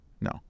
no